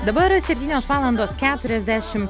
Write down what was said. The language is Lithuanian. dabar septynios valandos keturiasdešim